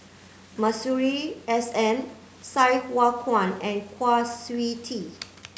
Masuri S N Sai Hua Kuan and Kwa Siew Tee